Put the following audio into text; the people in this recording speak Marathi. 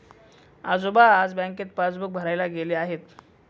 आजोबा आज बँकेत पासबुक भरायला गेले आहेत